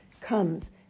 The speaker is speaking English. comes